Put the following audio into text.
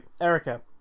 Erica